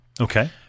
Okay